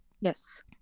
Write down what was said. Yes